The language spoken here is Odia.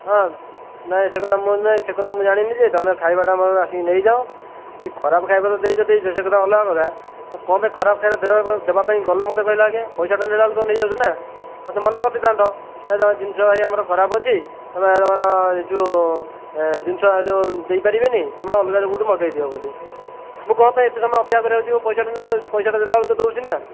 ହଁ ନାଇଁ ସେ କଥା ମୁଁ ନାଇଁ ମୁଁ ଜାଣିନି ଯେ ତୁମେ ଖାଇବାଟା ଆସିକି ନେଇଯାଅ ଯେ ଖରାପ ଖାଇବା ତ ଦେଇଛ ଦେଇଛ ସେ କଥା ଅଲଗା କଥା ତମେ କଣ ପାଇଁ ଖରାପ ଖାଇବା ଦେବାପାଇଁ ଗଲ ମୋତେ କହିଲ ଆଗେ ପଇସାଟା ନେଲାବେଳକୁ ନେଇଯାଉଛ ନା ମୋତେ ମନା କରିଦେଇଥାନ୍ତ ନାଇଁ ତ ଜିନିଷ ଭାଇ ଆମର ଖରାପ ଅଛି ତୁମେ ତୁମର ଯେଉଁ ଜିନିଷ ଯେଉଁ ଦେଇପାରିବେନି ତୁମେ ଅଲଗା କେଉଁଠୁ ମଗେଇ ଦିଅ ବୋଲି ମୁଁ କଣ ପାଇଁ ଏତେ ସମୟ ଅପେକ୍ଷା କରିବାକୁ ଯିବି ମୋ ପଇସାଟା ତ ଦେଲାବେଳକୁ ଦେଉଛି ନା